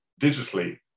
digitally